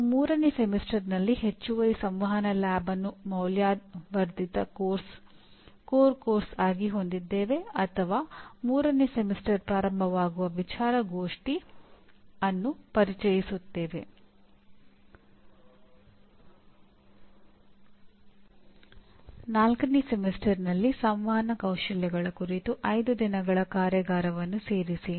ನಾಲ್ಕನೇ ಸೆಮಿಸ್ಟರ್ನಲ್ಲಿ ಸಂವಹನ ಕೌಶಲ್ಯಗಳ ಕುರಿತು 5 ದಿನಗಳ ಕಾರ್ಯಾಗಾರವನ್ನು ಸೇರಿಸಿ